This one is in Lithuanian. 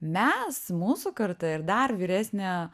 mes mūsų karta ir dar vyresnė